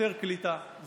יותר קליטה.